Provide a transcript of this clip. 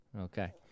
okay